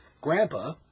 Grandpa